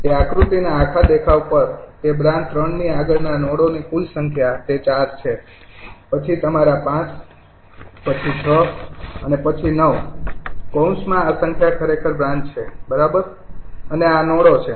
તે આકૃતિના આખા દેખાવ પર તે બ્રાન્ચ 3 ની આગળના નોડોની કુલ સંખ્યા તે ૪ છે પછી તમારા ૫ પછી ૬ અને પછી ૯ કૌંસમાં આ સંખ્યા ખરેખર બ્રાન્ચ છે બરાબર અને આ નોડો છે